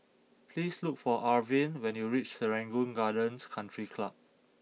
please look for Arvin when you reach Serangoon Gardens Country Club